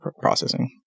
processing